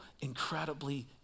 incredibly